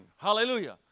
hallelujah